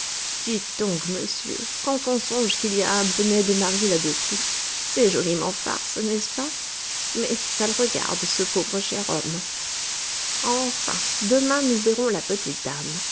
donc monsieur quand on songe qu'il y a un benêt de mari là-dessous c'est joliment farce n'est-ce pas mais ça le regarde ce pauvre cher homme enfin demain nous verrons la petite dame